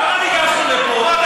למה ניגשתי לפה?